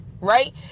right